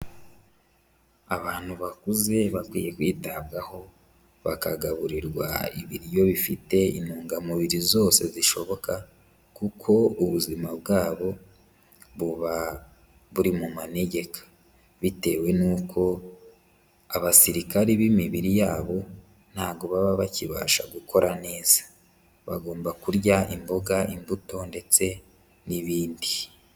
Abantu bakuze bakwiye kwitabwaho bakagaburirwa ibiryo bifite intungamubiri zose zishoboka kuko ubuzima bwabo buba buri mu manegeka, bitewe n'uko abasirikari b'imibiri yabo ntago baba bakibasha gukora neza, bagomba kurya imboga, imbuto ndetse n'ibindi.